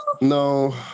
no